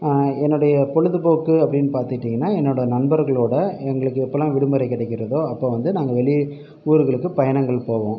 என்னுடைய பொழுதுபோக்கு அப்படினு பார்த்துக்கிட்டிங்கன்னா என்னோடய நண்பர்களோடய எங்களுக்கு எப்போலாம் விடுமுறை கிடைக்கிறதோ அப்போ வந்து நாங்கள் வெளி ஊருகளுக்கு பயணங்கள் போவோம்